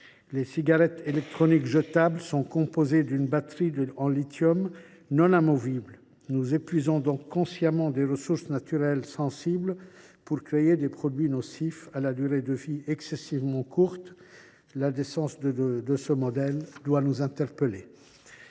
Ces cigarettes électroniques jetables sont composées d’une batterie de lithium non amovible. Nous épuisons donc consciemment des ressources naturelles sensibles pour créer des produits nocifs, à la durée de vie excessivement courte. L’indécence de ce modèle doit nous amener